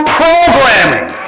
programming